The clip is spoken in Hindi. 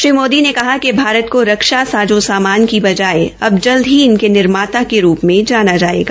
श्री मोदी ने कहा कि भारत को रक्षा साजो सामान की बजाये अब जल्द ही इनके निर्माता के रूप में जाना जायेगा